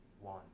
one